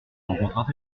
rencontres